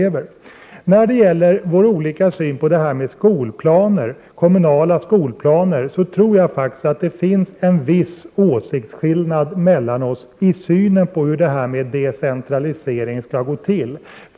8 februari 1989 När det gäller vår olika syn på det här med kommunala skolplaner tror jag faktiskt att det finns en viss åsiktsskillnad mellan oss beträffande hur decentraliseringen skall gå till.